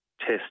test